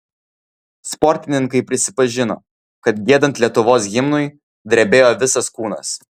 sportininkai prisipažino kad giedant lietuvos himnui drebėjo visas kūnas